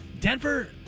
Denver